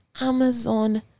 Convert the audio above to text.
Amazon